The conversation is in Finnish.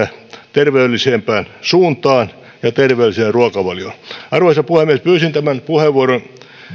terveellisempään suuntaan ja terveelliseen ruokavalioon arvoisa puhemies pyysin tämän puheenvuoron